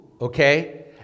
Okay